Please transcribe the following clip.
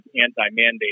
anti-mandate